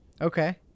Okay